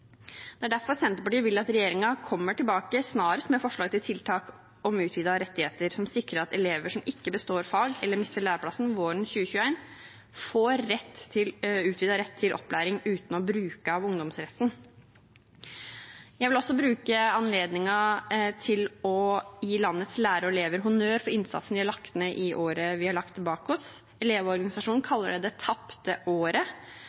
Det er derfor Senterpartiet vil at regjeringen snarest kommer tilbake med forslag til tiltak om utvidede rettigheter som sikrer at elever som ikke består fag eller mister læreplassen våren 2021, får utvidet rett til opplæring uten å bruke av ungdomsretten. Jeg vil også bruke anledningen til å gi landets lærere og elever honnør for innsatsen de har lagt ned i året vi har lagt bak oss. Elevorganisasjonen kaller det det tapte året.